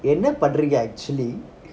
என்னபண்ணறீங்க:enna pannaringa actually